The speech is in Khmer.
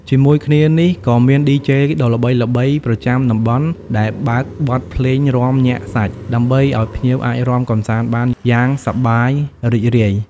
ជាមួយគ្នានេះ ក៏មាន ឌីជេ ដ៏ល្បីៗប្រចាំតំបន់ដែលបើកបទភ្លេងរាំញាក់សាច់ ដើម្បីឲ្យភ្ញៀវអាចរាំកម្សាន្តបានយ៉ាងសប្បាយរីករាយ។